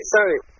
Sorry